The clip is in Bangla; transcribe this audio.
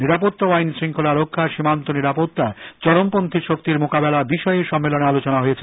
নিরাপত্তা ও আইন শৃঙ্খলা রক্ষা সীমান্ত নিরাপত্তা চরমপন্হী শক্তির মোকাবেলা বিষয়ে সম্মেলনে আলোচনা হয়েছে